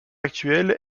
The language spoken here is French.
actuel